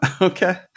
Okay